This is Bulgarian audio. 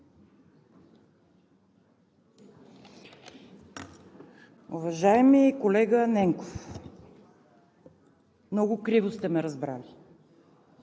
Уважаеми колега Ненков, много криво сте ме разбрали.